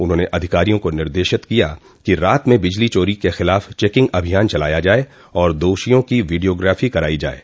उन्होंने अधिकारियों को निर्देशित किया कि रात में बिजली चोरी के ख़िलाफ चेकिंग अभियान चलाया जाये और दोषियों की वीडियोग्राफी करायी जाये